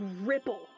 ripple